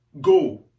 go